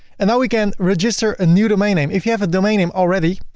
and now we can register a new domain name. if you have a domain name already,